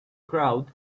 crowd